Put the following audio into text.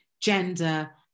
gender